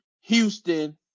Houston